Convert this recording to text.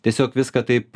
tiesiog viską taip